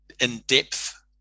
in-depth